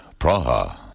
Praha